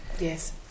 Yes